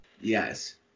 Yes